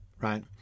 right